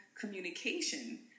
communication